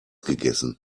gegessen